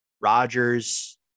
Rodgers